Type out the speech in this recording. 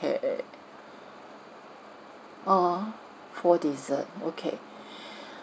err four dessert okay